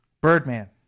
Birdman